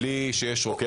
אגב, בלי שיש רוקח.